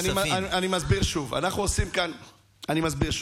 אני מסביר שוב,